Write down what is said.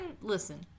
listen